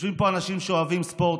יושבים פה אנשים שאוהבים ספורט.